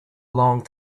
long